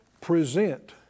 Present